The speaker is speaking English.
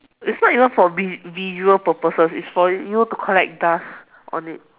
it's not enough for vi~ visual purposes it's for you to collect dust on it